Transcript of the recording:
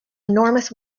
enormous